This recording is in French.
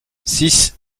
six